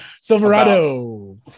Silverado